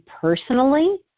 personally